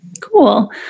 Cool